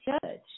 judge